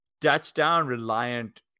touchdown-reliant